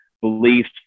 beliefs